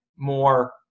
more